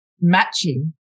matching